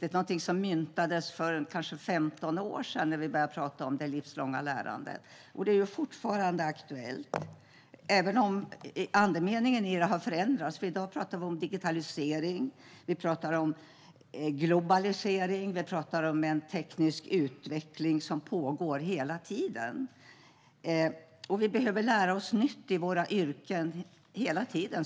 Det är någonting som myntades för kanske 15 år sedan när vi började tala om det livslånga lärandet. Det är fortfarande aktuellt även om andemeningen i det har förändrats. I dag talar vi om digitalisering, globalisering och en teknisk utveckling som pågår hela tiden. Vi behöver lära oss nytt i våra yrken hela tiden.